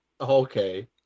okay